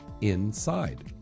INSIDE